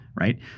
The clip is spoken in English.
right